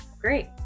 Great